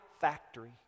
Factory